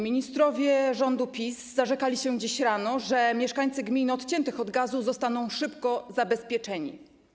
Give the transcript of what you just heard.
Ministrowie rządu PiS zarzekali się dziś rano, że mieszkańcy gmin odciętych od gazu zostaną szybko zabezpieczeni.